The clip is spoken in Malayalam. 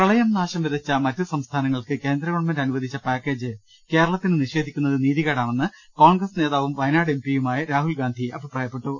പ്രളയം നാശം വിതച്ച മറ്റു സംസ്ഥാനങ്ങൾക്ക് കേന്ദ്ര ഗവൺമെന്റ അനുവദിച്ച പാക്കേജ് കേരളത്തിന് നിഷേധിക്കുന്നത് നീതികേടാണെന്ന് കോൺഗ്രസ് നേതാവും വയനാട് എം പിയുമായ രാഹുൽഗാന്ധി അഭിപ്രായപ്പെട്ടു